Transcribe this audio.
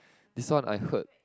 this one I heard